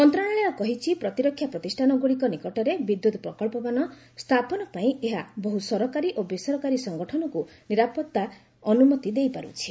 ମନ୍ତ୍ରଣାଳୟ କହିଛି ପ୍ରତିରକ୍ଷା ପ୍ରତିଷ୍ଠାନଗୁଡ଼ିକ ନିକଟରେ ବିଦ୍ୟୁତ୍ ପ୍ରକଳ୍ପମାନ ସ୍ଥାପନ ପାଇଁ ଏହା ବହୁ ସରକାରୀ ଓ ବେସରକାରୀ ସଂଗଠନକୁ ନିରାପତ୍ତା ଅନୁମତି ଦେଇପାରୁଛି